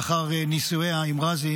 לאחר נישואיה עם רזי,